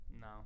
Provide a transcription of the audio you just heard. No